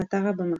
באתר הבמה